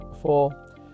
four